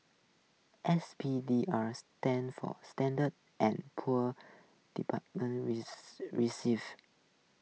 S P D R stands for standard and Poor's department receive